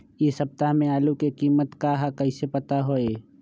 इ सप्ताह में आलू के कीमत का है कईसे पता होई?